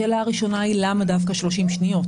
השאלה הראשונה היא למה דווקא 30 שניות?